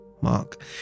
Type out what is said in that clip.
Mark